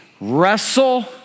wrestle